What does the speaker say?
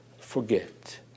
forget